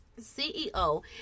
CEO